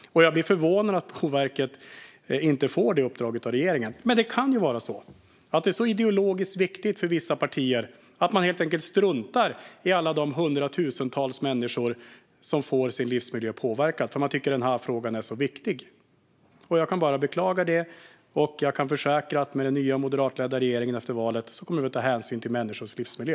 Jag blir förvånad över att Boverket inte fått det uppdraget av regeringen. Men det kan vara så att det är så ideologiskt viktigt för vissa partier att man helt enkelt struntar i alla de hundratusentals människor som får sin livsmiljö påverkad eftersom man tycker att frågan är så viktig. Jag kan bara beklaga det. Jag kan försäkra att efter valet kommer den nya moderatledda regeringen att ta hänsyn till människors livsmiljö.